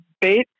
bait